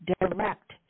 direct